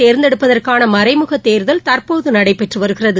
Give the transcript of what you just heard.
தேர்ந்தெடுப்பதற்கான மறைமுகத் தேர்தல் தற்போது நடைபெற்று வருகிறது